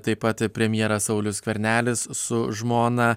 taip pat premjeras saulius skvernelis su žmona